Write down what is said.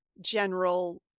general